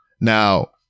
now